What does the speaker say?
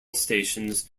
stations